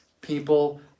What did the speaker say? people